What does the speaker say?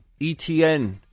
ETN